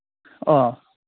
ꯑꯥ